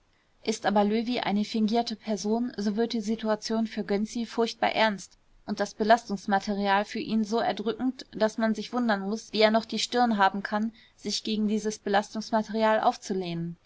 ist aber löwy eine fingierte person so wird die situation für gönczi furchtbar ernst und das belastungsmaterial für ihn ist so erdrückend daß man sich wundern muß wie er noch die stirn haben kann sich gegen dieses belastungsmaterial aufzulehnen